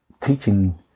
teaching